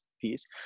piece